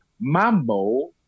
Mambo